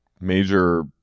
major